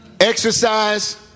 Exercise